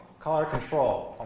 cholera control.